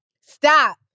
Stop